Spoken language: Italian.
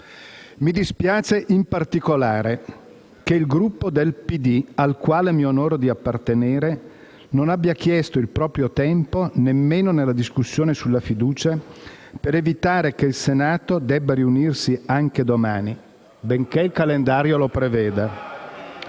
Mi dispiace in particolare che il Gruppo del PD, al quale mi onoro di appartenere, non abbia chiesto di utilizzare il proprio tempo nemmeno nella discussione sulla fiducia, per evitare che il Senato debba riunirsi anche domani, benché il calendario lo preveda.